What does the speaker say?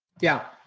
yeah.